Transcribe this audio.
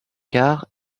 car